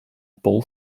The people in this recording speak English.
ball